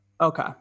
Okay